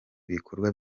ibikorwa